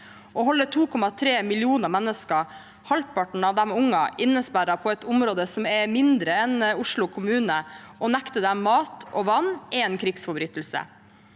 Å holde 2,3 millioner mennesker, halvparten av dem er unger, innesperret på et område som er mindre enn Oslo kommune, og nekte dem mat og vann er en krigsforbrytelse.